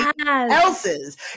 else's